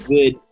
good